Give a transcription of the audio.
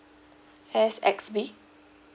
S X B